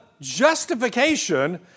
justification